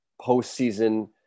postseason